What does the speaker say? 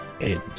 End